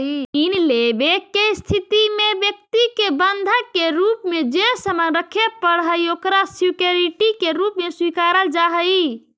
ऋण लेवे के स्थिति में व्यक्ति के बंधक के रूप में जे सामान रखे पड़ऽ हइ ओकरा सिक्योरिटी के रूप में स्वीकारल जा हइ